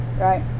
right